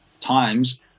times